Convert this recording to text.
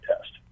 test